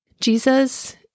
Jesus